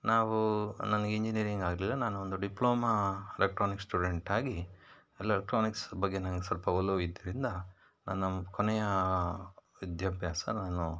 ನಾವು ನನಗೆ ಇಂಜಿನಿಯರಿಂಗ್ ಆಗಲಿಲ್ಲ ನಾನು ಒಂದು ಡಿಪ್ಲೊಮಾ ಎಲೆಕ್ಟ್ರಾನಿಕ್ ಸ್ಟೂಡೆಂಟಾಗಿ ಎಲೆಕ್ಟ್ರಾನಿಕ್ಸ್ ಬಗ್ಗೆ ನನಗೆ ಸ್ವಲ್ಪ ಒಲವು ಇದ್ದಿದ್ದರಿಂದ ನನ್ನ ಕೊನೆಯ ವಿದ್ಯಾಭ್ಯಾಸ ನಾನು